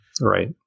Right